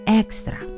extra